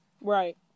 Right